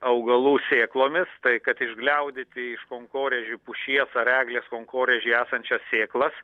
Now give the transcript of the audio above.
augalų sėklomis tai kad išgliaudyti iš kankorėžių pušies ar eglės kankorėžy esančias sėklas